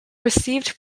received